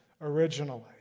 originally